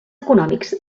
econòmics